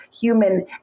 human